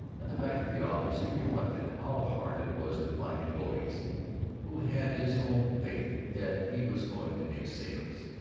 at the back of the office, he reflected how hard it was to find employees who had his own faith that he was going to make sales.